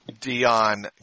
Dion